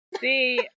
See